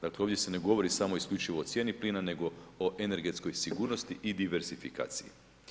Dakle, ovdje se ne govori samo isključivo o cijeni plina, nego i o energetskoj sigurnosti i dezertifikaciji.